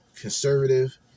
conservative